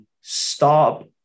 stop